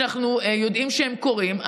שאנחנו יודעים שהם קורים,